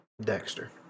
Dexter